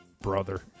Brother